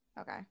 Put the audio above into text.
okay